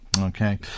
Okay